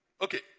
Okay